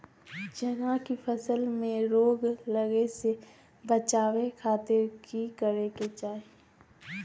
चना की फसल में रोग लगे से बचावे खातिर की करे के चाही?